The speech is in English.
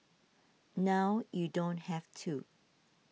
now you don't have to